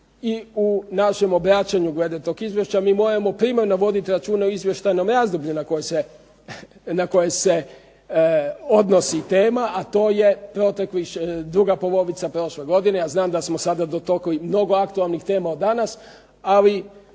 i u našem obraćanju glede tog izvješća mi moramo primarno voditi računa o izvještajnom razdoblju na koje se odnosi tema, a to je druga polovica prošle godine. Ja znam da smo sada dotakli mnogo aktualnih tema od danas, ali